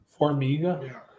Formiga